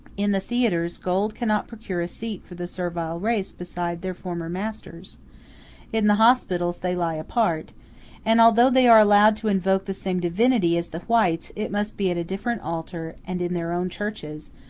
in the theatres, gold cannot procure a seat for the servile race beside their former masters in the hospitals they lie apart and although they are allowed to invoke the same divinity as the whites, it must be at a different altar, and in their own churches,